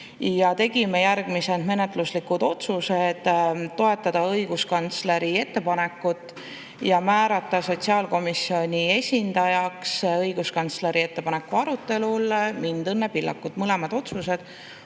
me tegime järgmised menetluslikud otsused: toetada õiguskantsleri ettepanekut ja määrata sotsiaalkomisjoni esindajaks õiguskantsleri ettepaneku arutelul mind, Õnne Pillakut. Mõlemad otsused